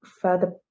further